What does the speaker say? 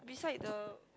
beside the